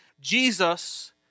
Jesus